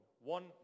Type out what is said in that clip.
one